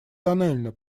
тоннельно